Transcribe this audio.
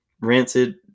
Rancid